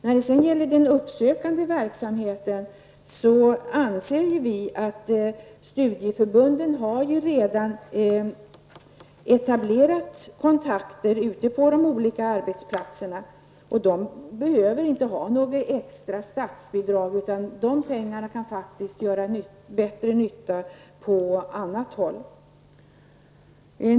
När det gäller den uppsökande verksamheten har studieförbunden redan etablerat kontakter ute på arbetsplatserna. Den uppsökande verksamheten behöver inte något extra statsbidrag. Dessa pengar kan göra bättre nytta på annat håll.